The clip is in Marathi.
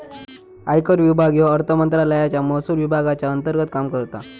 आयकर विभाग ह्यो अर्थमंत्रालयाच्या महसुल विभागाच्या अंतर्गत काम करता